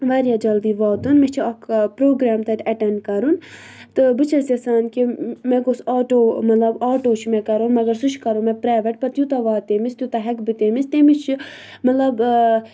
واریاہ جلدی واتُن مےٚ چھِ اَکھ پرٛوگرام تَتہِ اَٹٮ۪نٛڈ کَرُن تہٕ بہٕ چھَس یَژھان کہِ مےٚ گوٚژھ آٹو مطلب آٹو چھِ مےٚ کَرُن مگر سُہ چھِ کَرُن مےٚ پرٛایویٹ پَتہٕ یوٗتاہ واتہِ تٔمِس تیوٗتاہ ہٮ۪کہٕ بہٕ تٔمِس تٔمِس چھِ مطلب